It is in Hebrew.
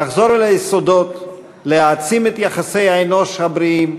לחזור אל היסודות להעצים את יחסי האנוש הבריאים,